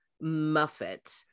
Muffet